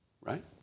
right